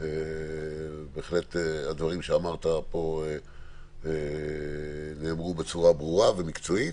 בהחלט הדברים שאמרת פה נאמרו בצורה ברורה ומקצועית.